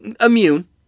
immune